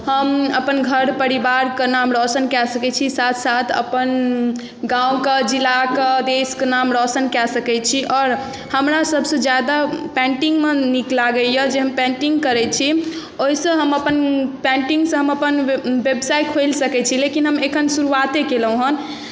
हम अपन घर परिवारके नाम रौशन कए सकै छी साथ साथ अपन गामके जिलाके देशके नाम रौशन कए सकै आओर हमरा सभसँ ज्यादा पेन्टिंगमे नीक लागैए जे हम पेन्टिंग करै छी ओहिसँ हम अपन पेन्टिंगसँ हम अपन व्यव व्यवसाय खोलि सकै छी लेकिन हम एखन शुरुआते केलहुँ हन